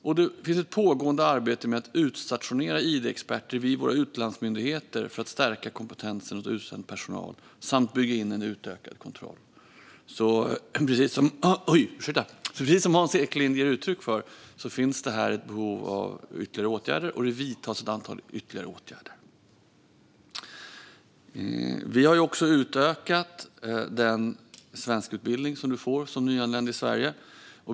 Det pågår också ett arbete med att utstationera id-experter vid våra utlandsmyndigheter för att stärka kompetensen hos utsänd personal och bygga in en utökad kontroll. Precis som Hans Eklind ger uttryck för finns det ett behov av ytterligare åtgärder, och det vidtas ett antal ytterligare åtgärder. Vi har utökat den svenskutbildning som nyanlända till Sverige får.